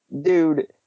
dude